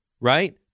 right